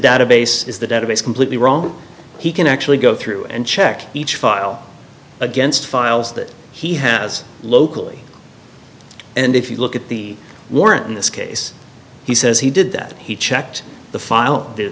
database is the database completely wrong he can actually go through and check each file against files that he has locally and if you look at the warrant in this case he says he did that he checked the